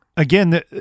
Again